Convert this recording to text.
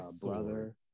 brother